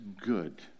good